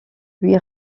lui